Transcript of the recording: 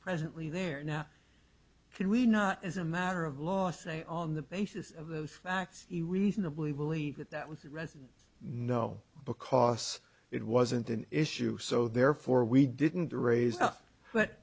presently there now can we not as a matter of law say on the basis of those facts we reasonably believe that that was a residence no because it wasn't an issue so therefore we didn't raise but